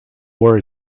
war